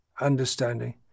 understanding